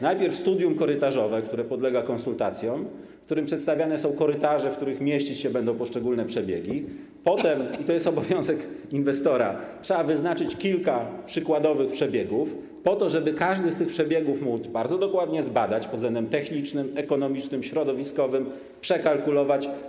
Najpierw studium korytarzowe, które podlega konsultacjom, w którym przedstawiane są korytarze, w których będą się mieścić poszczególne przebiegi, potem, i to jest obowiązek inwestora, trzeba wyznaczyć kilka przykładowych przebiegów, po to żeby każdy z tych przebiegów móc bardzo dokładnie zbadać pod względem technicznym, ekonomicznym, środowiskowym, przekalkulować.